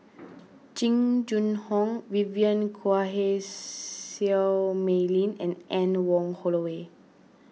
Jing Jun Hong Vivien Quahe Seah Mei Lin and Anne Wong Holloway